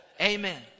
Amen